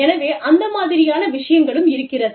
எனவே அந்த மாதிரியான விஷயங்களும் இருக்கிறது